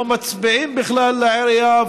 לא מצביעים בכלל לעירייה,